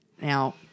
Now